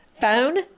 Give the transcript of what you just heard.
phone